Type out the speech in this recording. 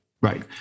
right